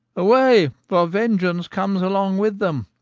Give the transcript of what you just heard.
away for vengeance comes along with them.